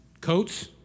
coats